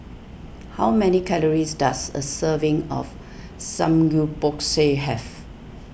how many calories does a serving of Samgeyopsal have